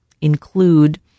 include